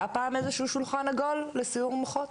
היה פעם איזשהו 'שולחן עגול' לסיעור מוחות?